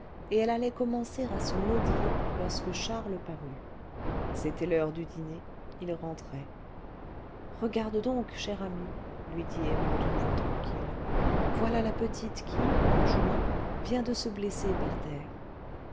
et elle allait commencer à se maudire lorsque charles parut c'était l'heure du dîner il rentrait regarde donc cher ami lui dit emma d'une voix tranquille voilà la petite qui en jouant vient de se blesser par terre